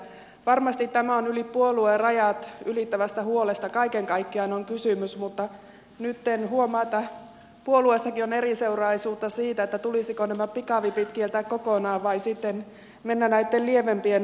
varmasti tässä on yli puoluerajat ylittävästä huolesta kaiken kaikkiaan kysymys mutta nyt huomaa että puolueessakin on eriseuraisuutta siitä tulisiko nämä pikavipit kieltää kokonaan vai mennä näitten lievempien rajoitteiden mukaan